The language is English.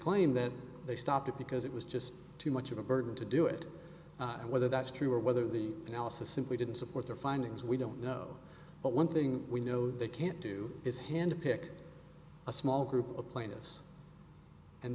claim that they stopped it because it was just too much of a burden to do it whether that's true or whether the analysis simply didn't support their findings we don't know but one thing we know they can't do is hand pick a small group of plaintiffs and